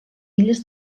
illes